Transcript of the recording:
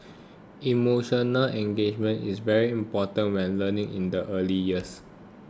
emotional engagement is very important when learning in the early years